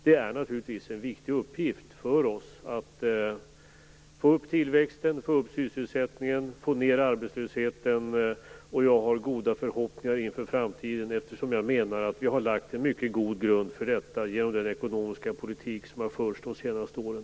Det är naturligtvis en viktig uppgift för oss att få upp tillväxten, öka sysselsättningen och få ned arbetslösheten. Jag har goda förhoppningar inför framtiden, eftersom jag menar att vi har lagt en mycket god grund för detta genom den ekonomiska politik som har förts de senaste åren.